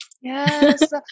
Yes